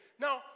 Now